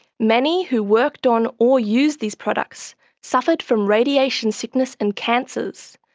many who worked on or used these products suffered from radiation sickness and cancers,